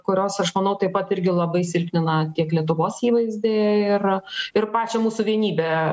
kurios aš manau taip pat irgi labai silpnina tiek lietuvos įvaizdį ir ir pačią mūsų vienybę